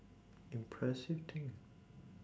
impressive thing ah